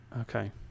Okay